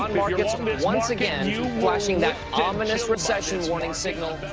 and markets once again flashing that ominous recession warning signal.